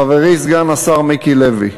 חברי סגן השר מיקי לוי,